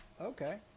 Okay